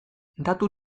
datu